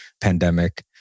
pandemic